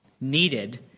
needed